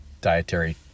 dietary